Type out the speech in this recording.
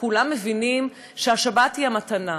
כולם מבינים שהשבת היא המתנה,